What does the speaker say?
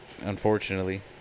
Unfortunately